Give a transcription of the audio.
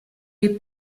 les